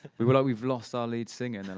we were like, we've lost our lead singer. and and